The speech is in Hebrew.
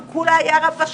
כולה היה רב ראשי,